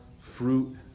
fruit